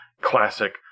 classic